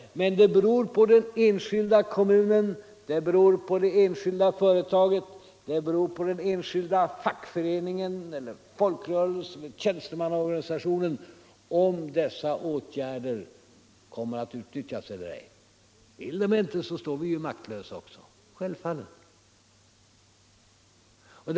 Det beror på den enskilda kommunen, det enskilda företaget, den enskilda fackföreningen, folkrörelsen eller tjänstemannaorganisationen om dessa åtgärder kommer att utnyttjas eller ej. Vill de inte står vi maktlösa. Självfallet!